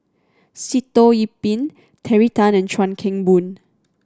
Sitoh Yih Pin Terry Tan and Chuan Keng Boon